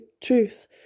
truth